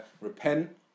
repent